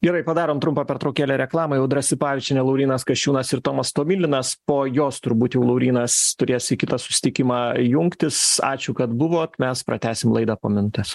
gerai padarom trumpą pertraukėlę reklamai audra sipavičienė laurynas kasčiūnas ir tomas tomilinas po jos turbūt jau laurynas turės į kitą susitikimą jungtis ačiū kad buvot mes pratęsim laidą po minutės